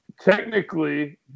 Technically